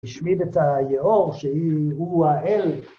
השמיד את היאור, שהוא האל.